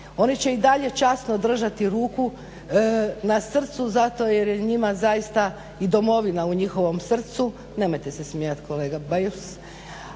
Oni će i dalje časno držati ruku na srcu zato jer je njima zaista i domovina u njihovom srcu, nemojte se smijati kolega Beus,